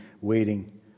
waiting